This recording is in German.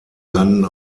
landen